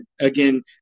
again